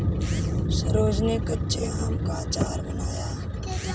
सरोज ने कच्चे आम का अचार बनाया